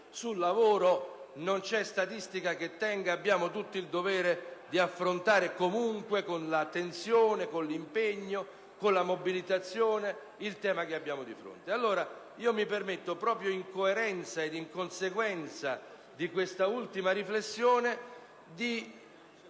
sul lavoro non vi sarà statistica che tenga ed avremo tutti il dovere di affrontare comunque, con attenzione, impegno e mobilitazione, il tema che abbiamo di fronte. Mi permetto allora, in coerenza ed in conseguenza di questa ultima riflessione, di